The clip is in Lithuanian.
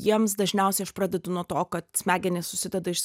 jiems dažniausiai aš pradedu nuo to kad smegenys susideda iš